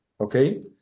Okay